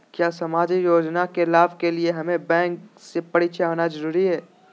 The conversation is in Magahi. क्या सामाजिक योजना के लाभ के लिए हमें बैंक से परिचय होना जरूरी है?